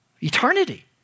eternity